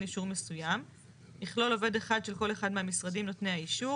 אישור מסוים יכלול עובד אחד של כל אחד מהמשרדים נותני האישור,